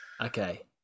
okay